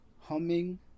humming